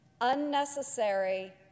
unnecessary